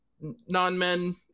non-men